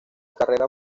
carrera